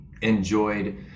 enjoyed